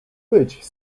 być